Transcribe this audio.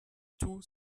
tout